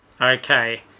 Okay